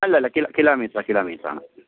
അല്ലല്ല കിലോമീറ്റർ ആണ് കിലോമീറ്റർ ആണ്